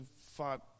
fought